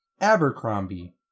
Abercrombie